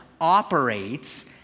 operates